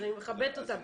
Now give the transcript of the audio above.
אז אני מכבדת אותם.